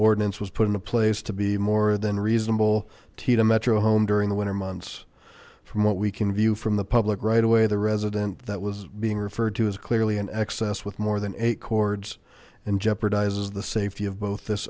ordinance was put into place to be more than reasonable teet a metro home during the winter months from what we can view from the public right away the resident that was being referred to is clearly in excess with more than eight cords and jeopardizes the safety of both this